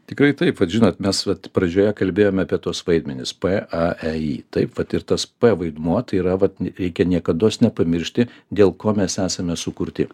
tikrai taip vat žinot mes vat pradžioje kalbėjome apie tuos vaidmenis p a e i tai patirtas p vaidmuo tai yra vat reikia niekados nepamiršti dėl ko mes esame sukurti